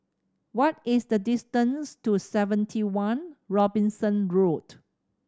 what is the distance to Seventy One Robinson Road